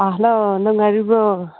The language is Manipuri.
ꯑꯥ ꯍꯜꯂꯣ ꯅꯨꯡꯉꯥꯏꯔꯤꯕ꯭ꯔꯣ